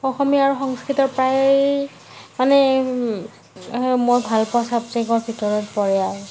অসমীয়া আৰু সংস্কৃতৰ প্ৰায় মানে মই ভালপোৱা চাবজেক্টৰ ভিতৰত পৰে আৰু